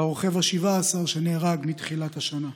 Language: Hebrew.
וזה הרוכב ה-17 שנהרג מתחילת השנה.